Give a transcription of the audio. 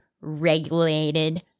regulated